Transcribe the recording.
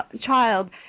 child